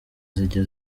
zijya